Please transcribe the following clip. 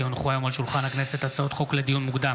כי הונחו היום על שולחן הכנסת הצעות חוק לדיון מוקדם,